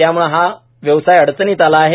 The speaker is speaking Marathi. त्यामुळे हा व्यवसाय अडचणीत आला आहे